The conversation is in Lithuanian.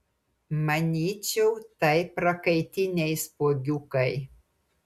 manyčiau tai prakaitiniai spuogiukai